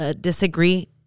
Disagree